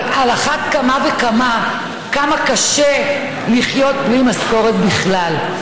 אבל על אחת כמה וכמה כמה קשה לחיות בלי משכורת בכלל.